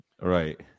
Right